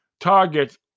targets